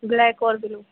black اور بلو